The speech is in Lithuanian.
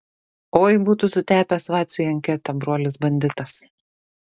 oi būtų sutepęs vaciui anketą brolis banditas